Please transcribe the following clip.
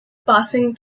passing